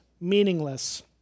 meaningless